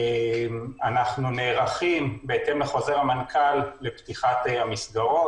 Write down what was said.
אנחנו נערכים בהתאם לחוזר מנכ"ל לפתיחת המסגרות.